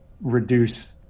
reduce